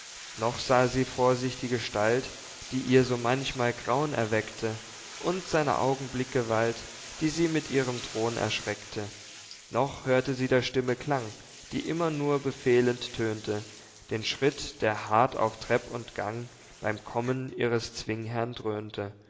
noch sah sie vor sich die gestalt die ihr so manchmal grau'n erweckte und seiner augen blickgewalt die sie mit ihrem drohn erschreckte noch hörte sie der stimme klang die immer nur befehlend tönte den schritt der hart auf trepp und gang beim kommen ihres zwingherrn dröhnte